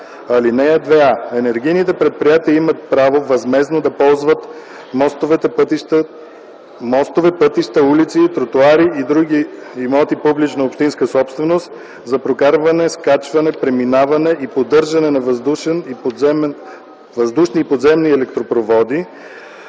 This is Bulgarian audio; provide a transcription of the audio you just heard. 2а: „(2а) Енергийните предприятия имат право възмездно да ползват мостове, пътища, улици, тротоари и други имоти публична общинска собственост, за прокарване, скачване, преминаване и поддържане на въздушни и подземни електропроводи,